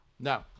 No